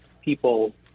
people